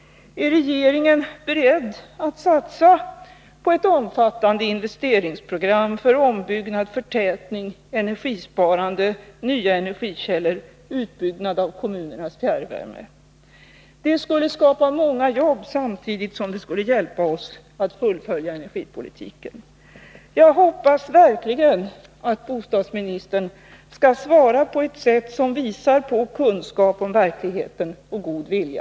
Är regeringen beredd att satsa på ett omfattande investeringsprogram för ombyggnad, förtätning, energisparande, nya energikällor och utbyggnad av kommunernas fjärrvärme? Det skulle skapa många jobb samtidigt som det skulle hjälpa oss att fullfölja energipolitiken. Jag hoppas verkligen att bostadsministern skall svara på ett sätt som visar på kunskap om verkligheten och på god vilja.